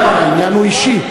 אני יודע, העניין הוא אישי.